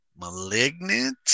Malignant